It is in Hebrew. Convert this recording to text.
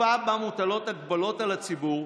בתקופה שבה מוטלות הגבלות על הציבור,